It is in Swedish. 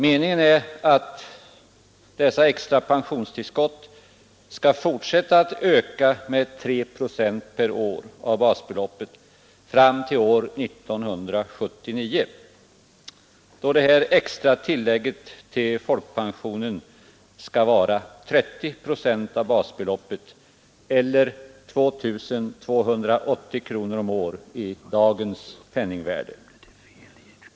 Meningen är att dessa extra pensionstillskott skall fortsätta att öka med 3 procent per år fram till 1979, då det extra tillägget skall vara 30 procent av basbeloppet eller 2 280 kronor per år räknat i dagens penningvärde.